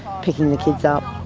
picking the kids up,